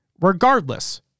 regardless